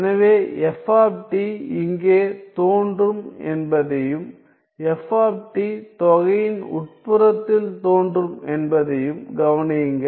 எனவே f இங்கே தோன்றும் என்பதையும் f தொகையின் உட்புறத்தில் தோன்றும் என்பதையும் கவனியுங்கள்